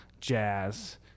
jazz